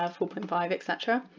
ah four point five etcetera.